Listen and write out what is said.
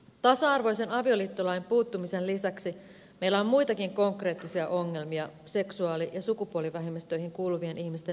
tasa arvoisen avioliittolain puuttumisen lisäksi meillä on muitakin konkreettisia ongelmia seksuaali ja sukupuolivähemmistöihin kuulu vien ihmisten oikeuksissa